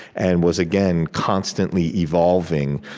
and was, again, constantly evolving,